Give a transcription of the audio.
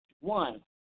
One